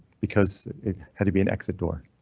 because it had to be an exit door.